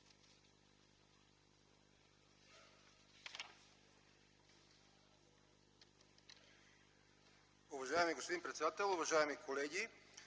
Уважаеми господин председател, уважаеми колеги!